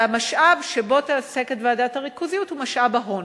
והמשאב שבו עוסקת ועדת הריכוזיות הוא משאב ההון.